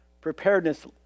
Preparedness